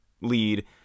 lead